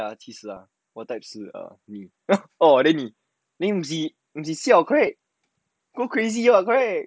ah 其实 ah 我的 type 是你 oh then 你 siao crazy [what] correct